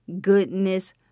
goodness